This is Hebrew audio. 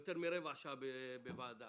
יותר מרבע שעה בוועדה.